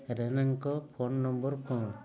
ରେନେଙ୍କ phone number କ'ଣ